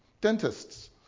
dentists